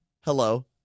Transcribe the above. hello